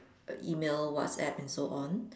email WhatsApp and so on